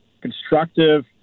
constructive